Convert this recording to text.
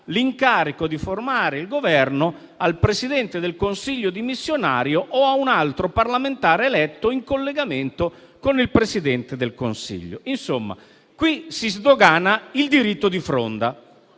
l'incarico di formare il Governo al Presidente del Consiglio dimissionario o a un altro parlamentare eletto in collegamento con il Presidente del Consiglio. Insomma, qui si sdogana il diritto di fronda: